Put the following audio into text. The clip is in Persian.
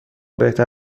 بهتر